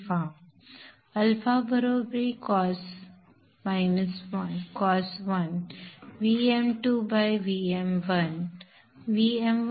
α बरोबरी cos 1 Vm2Vm1